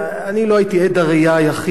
ואני לא הייתי עד הראייה היחיד לדברים,